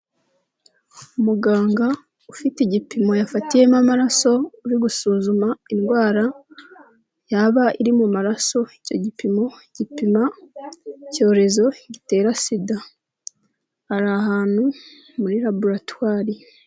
Umuganga ufite igipimo yafatiyemo amaraso uri gusuzuma indwara yaba iri mu maraso, icyo gipimo gipima icyorezo gitera sida, ari ahantu muri raboratware.